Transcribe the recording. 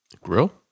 grill